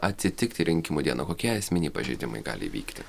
atsitikti rinkimų dieną kokie esminiai pažeidimai gali vykti